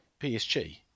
PSG